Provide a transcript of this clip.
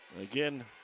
again